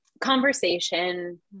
Conversation